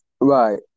Right